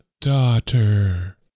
daughter